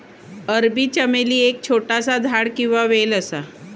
अरबी चमेली एक छोटासा झाड किंवा वेल असा